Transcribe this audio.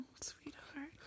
sweetheart